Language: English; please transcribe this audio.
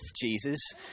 Jesus